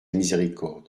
miséricorde